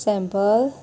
sample